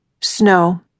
Snow